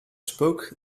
spoke